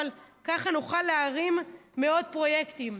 אבל ככה נוכל להרים מאות פרויקטים.